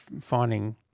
finding